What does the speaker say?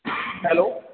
hello